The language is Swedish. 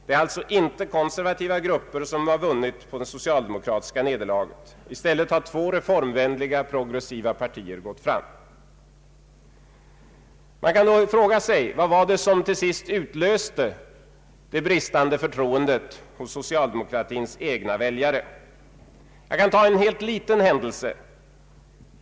Det är alltså inte konservativa grupper som har vunnit på det socialdemokratiska nederlaget. I stället har två reformvänliga, progressiva partier gått fram. Man kan fråga vad det var som till sist utlöste det bristande förtroendet hos socialdemokratins egna väljare. Jag kan som exempel ta en liten händelse.